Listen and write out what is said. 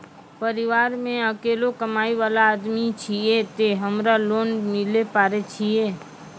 परिवारों मे अकेलो कमाई वाला आदमी छियै ते हमरा लोन मिले पारे छियै?